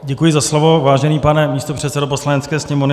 Děkuji za slovo, vážený pane místopředsedo Poslanecké sněmovny.